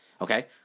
Okay